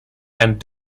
and